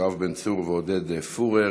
יואב בן צור ועודד פוּרר.